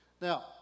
Now